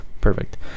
Perfect